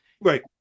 Right